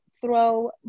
throw